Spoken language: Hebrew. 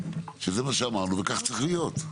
שזה מה שאמרנו וכך צריך להיות.